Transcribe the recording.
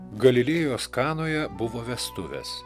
galilėjos kanoje buvo vestuvės